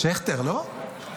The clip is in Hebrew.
שכטר, לא?